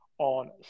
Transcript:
on